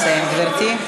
נא לסיים, גברתי.